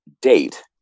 date